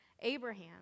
Abraham